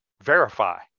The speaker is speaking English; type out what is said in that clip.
verify